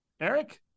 Eric